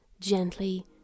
gently